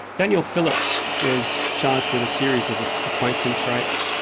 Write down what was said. daniel phillips was charged with a series of ah acquaintance rapes.